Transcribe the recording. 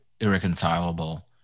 irreconcilable